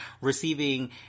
receiving